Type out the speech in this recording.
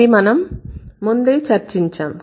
ఇది మనం ముందే చర్చించాం